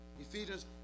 Ephesians